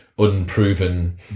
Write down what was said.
unproven